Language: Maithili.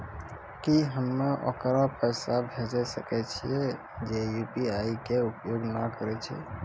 की हम्मय ओकरा पैसा भेजै सकय छियै जे यु.पी.आई के उपयोग नए करे छै?